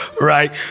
right